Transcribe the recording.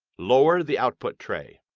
lower the output tray.